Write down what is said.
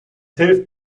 hilft